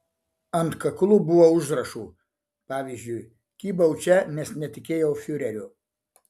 ant kaklų buvo užrašų pavyzdžiui kybau čia nes netikėjau fiureriu